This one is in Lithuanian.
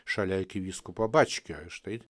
šalia arkivyskupo bačkio ir štai